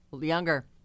Younger